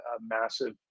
massive